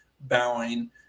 bowing